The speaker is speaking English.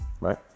right